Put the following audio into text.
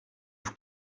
vous